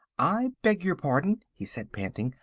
i beg your pardon, he said, panting,